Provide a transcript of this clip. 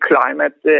Climate